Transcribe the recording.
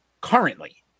currently